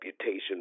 reputation